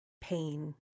pain